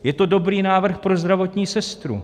Je to dobrý návrh pro zdravotní sestru.